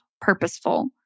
purposeful